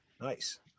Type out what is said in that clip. Nice